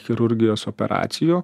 chirurgijos operacijų